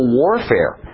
warfare